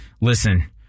Listen